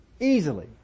easily